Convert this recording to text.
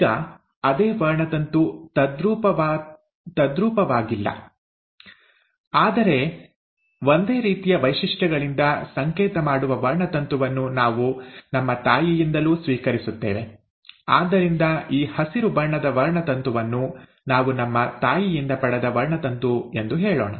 ಈಗ ಅದೇ ವರ್ಣತಂತು ತದ್ರೂಪವಾತದ್ರೂಪವಾಗಿಲ್ಲ ಆದರೆ ಒಂದೇ ರೀತಿಯ ವೈಶಿಷ್ಟ್ಯಗಳಿಂದ ಸಂಕೇತ ಮಾಡುವ ವರ್ಣತಂತುವನ್ನು ನಾವು ನಮ್ಮ ತಾಯಿಯಿಂದಲೂ ಸ್ವೀಕರಿಸುತ್ತೇವೆ ಆದ್ದರಿಂದ ಈ ಹಸಿರು ಬಣ್ಣದ ವರ್ಣತಂತುವನ್ನು ನಾವು ನಮ್ಮ ತಾಯಿಯಿಂದ ಪಡೆದ ವರ್ಣತಂತು ಎಂದು ಹೇಳೋಣ